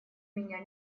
меня